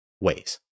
ways